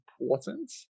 important